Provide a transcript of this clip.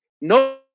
no